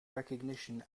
recognition